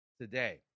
today